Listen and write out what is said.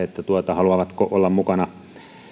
haluavatko olla mukana